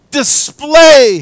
display